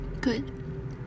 Good